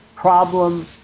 Problem